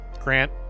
Grant